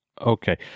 Okay